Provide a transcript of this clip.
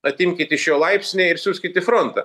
atimkit iš jo laipsnį ir siųskit į frontą